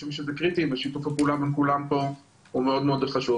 אי חושב שזה קריטי ושיתוף הפעולה מול כולם פה הוא מאוד חשוב.